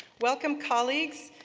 welcome, colleagues.